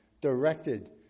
directed